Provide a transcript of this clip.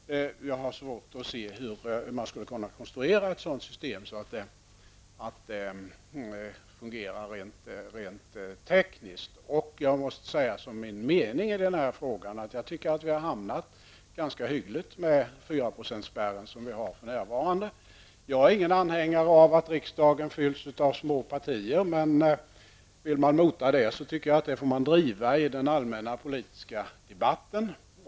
Jag har svårt att se hur man skulle kunna konstruera ett sådant system så att det fungerar rent tekniskt. Min mening i denna fråga är att 4-procentsspärren fungerar ganska hyggligt. Jag är inte någon anhängare av att riksdagen fylls med små partier, men om man vill mota det tycker jag att man får driva den frågan i den allmänna politiska debatten.